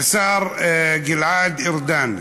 השר גלעד ארדן,